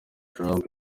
trump